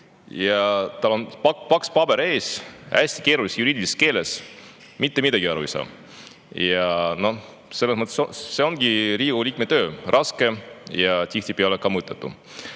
ja tal on paks paber ees, hästi keerulises juriidilises keeles – mitte midagi aru ei saa! Selles mõttes see ongi Riigikogu liikme töö, raske ja tihtipeale ka mõttetu.